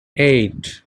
eight